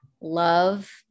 love